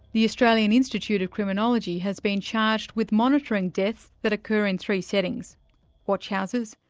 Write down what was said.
the australian institute of criminology has been charged with monitoring deaths that occur in three settings watch houses,